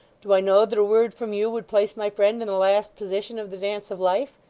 do i know that a word from you would place my friend in the last position of the dance of life?